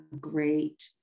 great